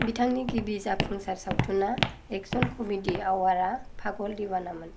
बिथांनि गिबि जाफुंसार सावथुना एक्शन कमेडी आवारा पागल दीवानामोन